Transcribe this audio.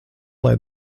lai